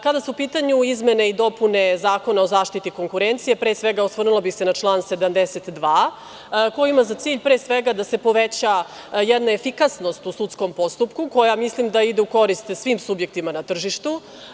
Kada su u pitanju izmene i dopune Zakona o zaštiti konkurencije, pre svega osvrnula bih se na član 72. koji ima za cilj pre svega da se poveća jedna efikasnost u sudskom postupku koja mislim da ide u korist svim subjektima na tržištu.